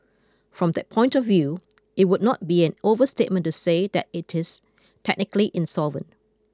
from that point of view it would not be an overstatement to say that it is technically insolvent